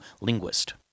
linguist